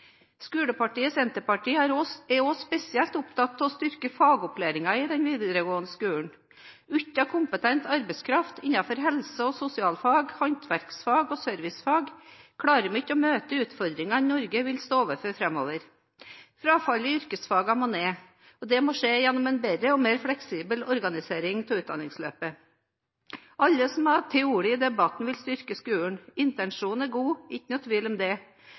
Skolepartiet Senterpartiet er også spesielt opptatt av å styrke fagopplæringen i den videregående skolen. Uten kompetent arbeidskraft innenfor helse- og sosialfag, håndverksfag og servicefag klarer vi ikke å møte utfordringene Norge vil stå overfor framover. Frafallet i yrkesfagene må ned, og det må skje gjennom en bedre og mer fleksibel organisering av utdanningsløpet. Alle som har tatt ordet i debatten, vil styrke skolen. Intensjonene er gode, det er ingen tvil om det.